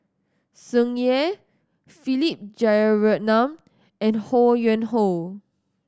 Tsung Yeh Philip Jeyaretnam and Ho Yuen Hoe